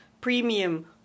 premium